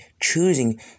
choosing